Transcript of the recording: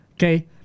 Okay